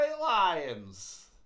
Lions